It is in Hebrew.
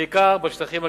בעיקר בשטחים הגליליים,